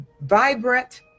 vibrant